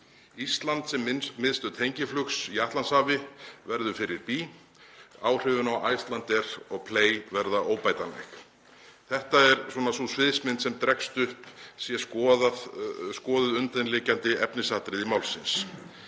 Ísland sem miðstöð tengiflugs í Atlantshafi verður fyrir bí. Áhrifin á Icelandair og Play verða óbætanleg. Þetta er sú sviðsmynd sem dregst upp séu skoðuð undirliggjandi efnisatriði málsins.